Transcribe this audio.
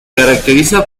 caracteriza